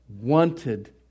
wanted